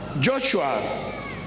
Joshua